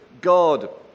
God